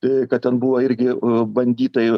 tai kad ten buvo irgi banditai